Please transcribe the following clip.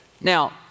Now